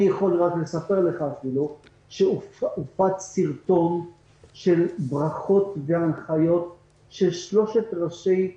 אני יכול לספר לך שאפילו הופץ סרטון של ברכות והנחיות של שלוש ראשי הדת: